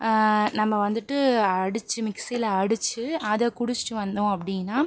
நம்ம வந்துட்டு அடித்து மிக்சியில் அடித்து அதை குடிச்சுட் வந்தோம் அப்படின்னா